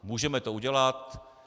Můžeme to udělat.